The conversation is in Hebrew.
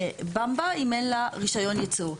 אם אין לה רישיון ייצור.